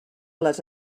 les